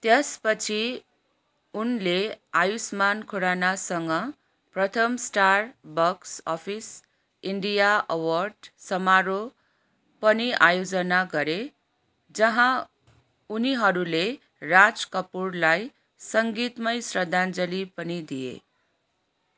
त्यसपछि उनले आयुष्मान खुरानासँग प्रथम star box office India award समारोह पनि आयोजना गरे जहाँ उनीहरूले राज कपुरलाई सङ्गीतमय श्रद्धाञ्जलि पनि दिए